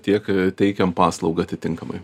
tiek teikiam paslaugą atitinkamai